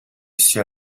sia